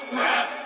rap